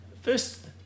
first